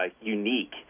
unique